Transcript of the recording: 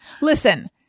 Listen